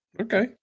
Okay